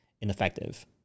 ineffective